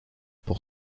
pour